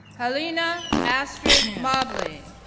helena astrid mobley,